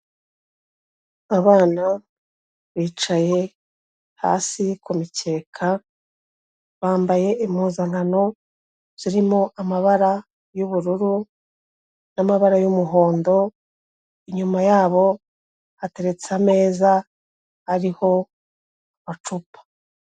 Abana bicaye hasi ku mikeka, bambaye impuzankano zirimo amabara y'ubururu n'amabara y'umuhondo, inyuma yabo hateretse ameza ariho amacupa.